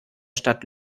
stadt